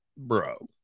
Bro